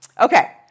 Okay